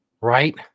Right